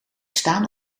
staan